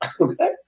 okay